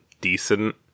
decent